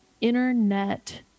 internet